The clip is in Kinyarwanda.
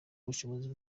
ubushobozi